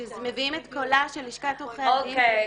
שמביאים את קולה של לשכת עורכי הדין הסניגוריאלית.